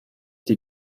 die